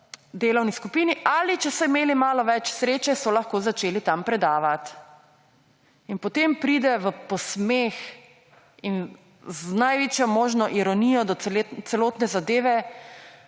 delovni skupini. Ali če so imeli malo več sreče, so lahko začeli tam predavati. In potem pride v posmeh in z največjo možno ironijo do celotne zadeve